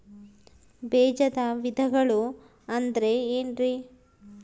ಬೇಜದ ವಿಧಗಳು ಅಂದ್ರೆ ಏನ್ರಿ?